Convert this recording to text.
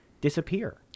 disappear